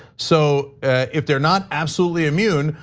so if they're not absolutely immune,